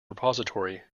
repository